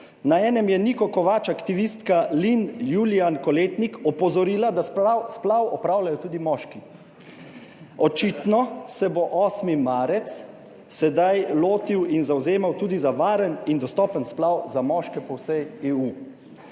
Na enem je Niko Kovač aktivistka Linn Julian Koletnik opozorila, da splav opravljajo tudi moški. Očitno se bo 8. marec sedaj lotil in zavzemal tudi za varen in dostopen splav za moške po vsej EU.